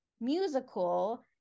musical